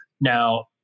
Now